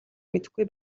мэдэхгүй